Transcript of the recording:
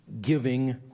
giving